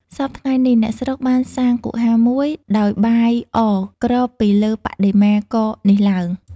សព្វថ្ងៃនេះ អ្នកស្រុកបានសង់គុហាមួយដោយបាយអគ្របពីលើបដិមាករនេះឡើង។